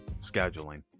scheduling